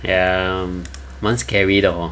ya 蛮 scary 的 hor